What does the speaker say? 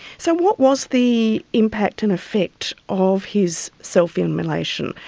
so what was the impact and effect of his self-immolation,